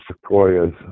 sequoias